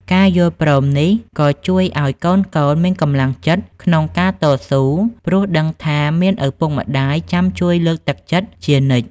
ការយល់ព្រមនេះក៏ជួយឱ្យកូនៗមានកម្លាំងចិត្តក្នុងការតស៊ូ ព្រោះដឹងថាមានឪពុកម្ដាយចាំជួយលើកទឹកចិត្តជានិច្ច។